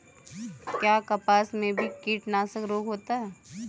क्या कपास में भी कीटनाशक रोग होता है?